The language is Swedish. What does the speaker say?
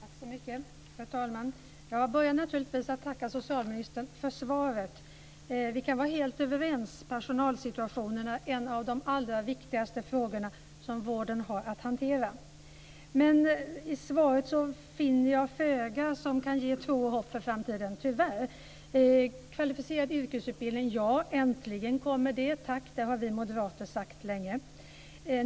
Fru talman! Jag börjar naturligtvis med att tacka socialministern för svaret. Vi kan vara helt överens - personalsituationen är en av de allra viktigaste frågor som vården har att hantera. Men i svaret finner jag tyvärr föga som kan ge tro och hopp för framtiden. Kvalificerad yrkesutbildning kommer äntligen - tack, det har vi moderater talat om länge!